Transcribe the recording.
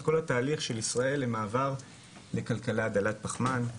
כל התהליך של ישראל למעבר לכלכלה דלת פחמן.